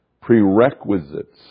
prerequisites